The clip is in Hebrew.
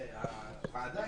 הוועדה,